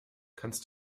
kannst